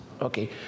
okay